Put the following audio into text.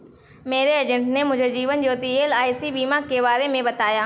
मेरे एजेंट ने मुझे जीवन ज्योति एल.आई.सी बीमा के बारे में बताया